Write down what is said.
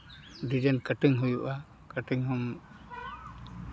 design cutting ᱦᱩᱭᱩᱜᱼᱟ cutting ᱦᱚᱸᱢ